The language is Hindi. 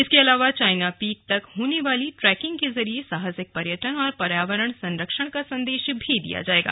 इसके अलावा चाईना पीक तक होने वाली ट्रैकिंग के जरिए साहसिक पर्यटन और पर्यावरण संरक्षण का संदेश दिया जाएगा